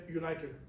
united